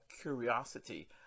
curiosity